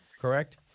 correct